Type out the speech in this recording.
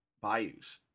Bayous